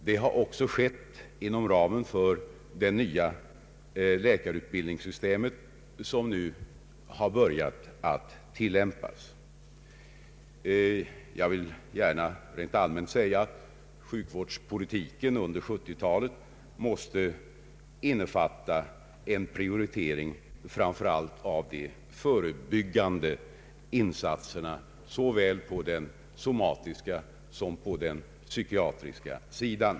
Så har också skett inom ramen för det nya läkarutbildningssystem som nu börjat tillämpas. Jag vill gärna rent allmänt säga att sjukvårdspolitiken under 1970-talet måste innefatta en prioritering framför allt av de förebyggande insatserna såväl på den somatiska som på den psykiatriska sidan.